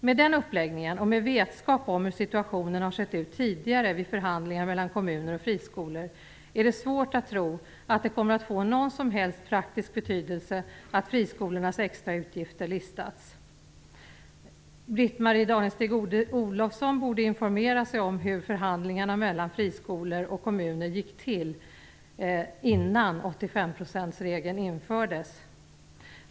Med den uppläggningen och med vetskapen om hur situationen tidigare har varit vid förhandlingar mellan kommuner och friskolor är det svårt att tro att det kommer att få någon som helst praktisk betydelse att friskolornas extra utgifter har listats. Britt-Marie Danestig-Olofsson borde informera sig om hur förhandlingarna mellan friskolor och kommuner gick till innan 85-procentsregeln infördes.